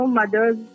mothers